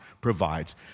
provides